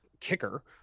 kicker